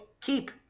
keep